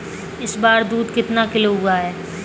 इस बार दूध कितना किलो हुआ है?